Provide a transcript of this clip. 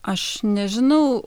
aš nežinau